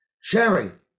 sharing